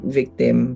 victim